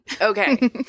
Okay